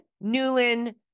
Newland